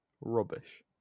rubbish